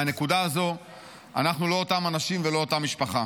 מהנקודה הזו אנחנו לא אותם אנשים ולא אותה משפחה.